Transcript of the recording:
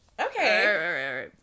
okay